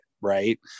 right